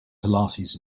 pilates